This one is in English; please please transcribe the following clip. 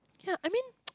yeah I mean